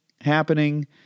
happening